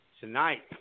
tonight